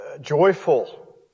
joyful